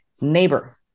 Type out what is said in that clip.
neighbor